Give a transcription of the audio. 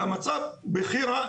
והמצב בכי רגע,